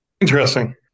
Interesting